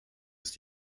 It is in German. ist